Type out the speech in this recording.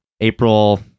April